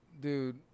Dude